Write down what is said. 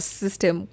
system